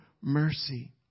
mercy